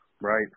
right